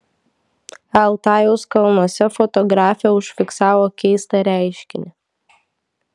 altajaus kalnuose fotografė užfiksavo keistą reiškinį